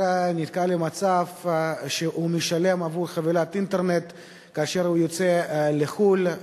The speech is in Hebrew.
הוא נתקל במצב שהוא משלם עבור חבילת אינטרנט כאשר הוא יוצא לחו"ל,